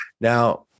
Now